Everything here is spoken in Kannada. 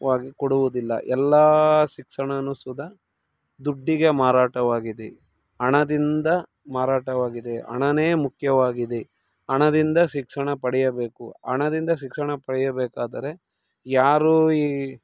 ವಾಗಿ ಕೊಡುವುದಿಲ್ಲ ಎಲ್ಲ ಶಿಕ್ಷಣವೂ ಸುದ ದುಡ್ಡಿಗೆ ಮಾರಾಟವಾಗಿದೆ ಹಣದಿಂದ ಮಾರಾಟವಾಗಿದೆ ಹಣವೇ ಮುಖ್ಯವಾಗಿದೆ ಹಣದಿಂದ ಶಿಕ್ಷಣ ಪಡೆಯಬೇಕು ಹಣದಿಂದ ಶಿಕ್ಷಣ ಪಡೆಯಬೇಕಾದರೆ ಯಾರೂ ಈ